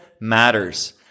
Matters